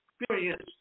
experience